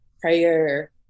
prayer